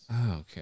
Okay